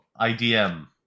IDM